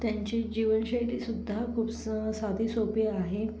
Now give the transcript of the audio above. त्यांची जीवनशैली सुद्धा खूप स साधी सोपी आहे